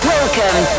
Welcome